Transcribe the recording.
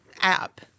app